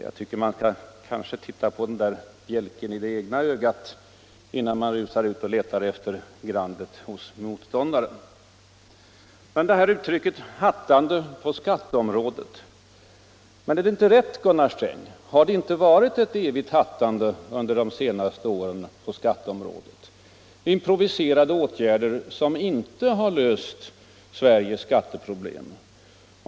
Jag tycker att man skall titta efter bjälken i det egna ögat innan man rusar ut och letar efter grandet i motståndarens. Jag återkommer till uttrycket ”hattandet på skatteområdet”. Är det inte rätt, Gunnar Sträng, att det har varit ett evigt hattande under de senaste åren på skatteområdet, improviserade åtgärder som inte har löst Sveriges skatteproblem?